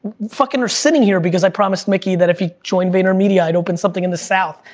fucking, we're sitting here because i promised mickey that if he joined vaynermedia, i'd open something in the south,